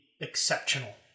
exceptional